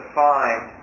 find